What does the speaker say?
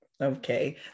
Okay